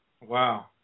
Wow